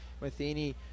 Matheny